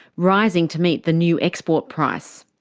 rising to meet the new export price.